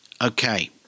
Okay